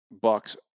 bucks